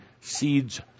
seeds